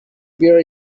bear